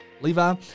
Levi